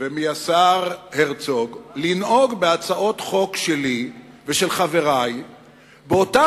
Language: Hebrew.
ומהשר הרצוג לנהוג בהצעות חוק שלי ושל חברי באותה